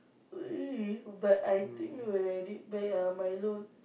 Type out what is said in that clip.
really but I think when I read back ah Milo